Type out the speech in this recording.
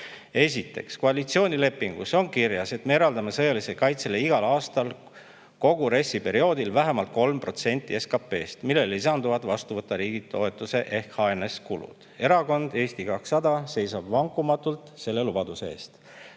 Esiteks, koalitsioonilepingus on kirjas, et me eraldame sõjalisele kaitsele igal aastal kogu RES-i perioodil vähemalt 3% SKP-st, millele lisanduvad vastuvõtva riigi toetuse ehk HNS-i kulud. Erakond Eesti 200 seisab vankumatult selle lubaduse eest,